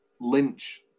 Lynch